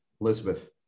Elizabeth